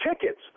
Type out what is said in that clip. tickets